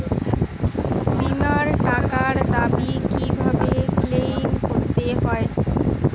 বিমার টাকার দাবি কিভাবে ক্লেইম করতে হয়?